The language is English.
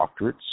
doctorates